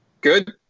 Good